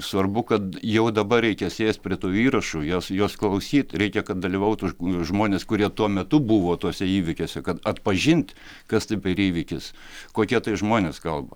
svarbu kad jau dabar reikia sėst prie tų įrašų juos juos klausyt reikia kad dalyvautų žmonės kurie tuo metu buvo tuose įvykiuose kad atpažint kas tai per įvykis kokie tai žmonės kalba